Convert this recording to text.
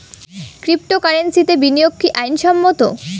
ক্রিপ্টোকারেন্সিতে বিনিয়োগ কি আইন সম্মত?